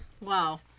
Wow